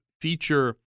feature